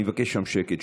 אני מבקש שם שקט,